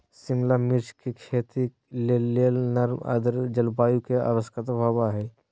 शिमला मिर्च के खेती के लेल नर्म आद्र जलवायु के आवश्यकता होव हई